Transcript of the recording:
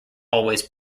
always